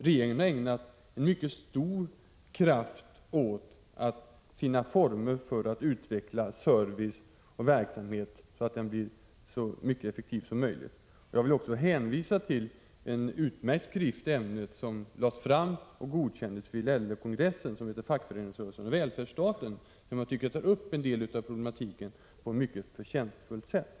Regeringen har ägnat stor kraft åt att finna former för att utveckla service och en så effektiv verksamhet som möjligt. Jag vill också hänvisa till en utmärkt skrift i ämnet som lades fram och godkändes vid LO-kongressen, nämligen Fackföreningsrörelsen och välfärdsstaten. I den skriften tas en del av den här problematiken upp på ett mycket förtjänstfullt sätt.